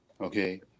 okay